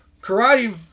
karate